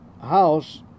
house